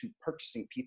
purchasing